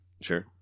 Sure